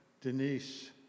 Denise